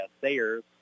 Sayers